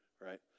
right